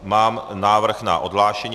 Mám návrh na odhlášení.